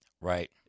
Right